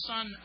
Son